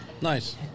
Nice